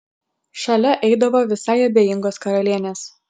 šalia eidavo visai abejingos karalienės